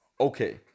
okay